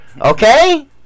okay